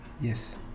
Yes